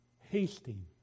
hasting